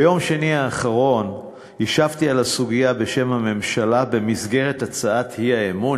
ביום שני האחרון השבתי על הסוגיה בשם הממשלה במסגרת הצעת אי-אמון